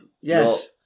Yes